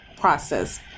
process